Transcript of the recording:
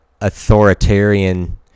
authoritarian